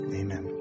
amen